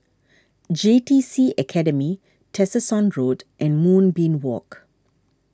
J T C Academy Tessensohn Road and Moonbeam Walk